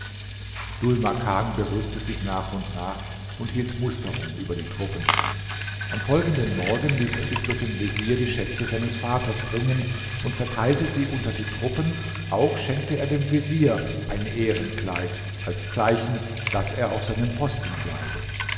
dhul makan beruhigte sich nach und nach und hielt musterung über die truppen am folgenden morgen ließ er sich durch den vezier die schätze seines vaters bringen und verteilte sie unter die truppen auch schenkte er dem vezier ein ehrenkleid als zeichen daß er auf seinem posten bleibe